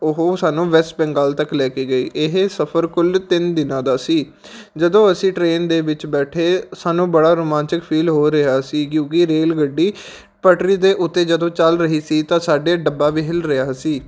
ਉਹ ਸਾਨੂੰ ਵੈਸਟ ਬੰਗਾਲ ਤੱਕ ਲੈ ਕੇ ਗਈ ਇਹ ਸਫਰ ਕੁੱਲ ਤਿੰਨ ਦਿਨਾਂ ਦਾ ਸੀ ਜਦੋਂ ਅਸੀਂ ਟ੍ਰੇਨ ਦੇ ਵਿੱਚ ਬੈਠੇ ਸਾਨੂੰ ਬੜਾ ਰੋਮਾਂਚਿਕ ਫੀਲ ਹੋ ਰਿਹਾ ਸੀ ਕਿਉਂਕਿ ਰੇਲ ਗੱਡੀ ਪਟਰੀ ਦੇ ਉੱਤੇ ਜਦੋਂ ਚੱਲ ਰਹੀ ਸੀ ਤਾਂ ਸਾਡੇ ਡੱਬਾ ਵੀ ਹਿਲ ਰਿਹਾ ਸੀ